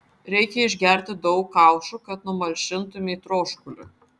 reikia išgerti daug kaušų kad numalšintumei troškulį